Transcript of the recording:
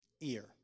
Ear